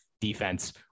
defense